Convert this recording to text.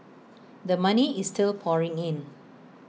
the money is still pouring in